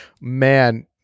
man